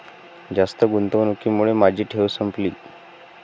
जास्त गुंतवणुकीमुळे माझी ठेव संपली